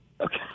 Okay